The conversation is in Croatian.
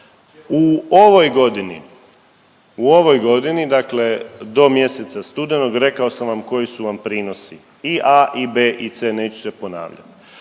u ovoj godini dakle do mjeseca sudenog rekao sam koji su vam prinosi i A i B i C, neću se ponavljat.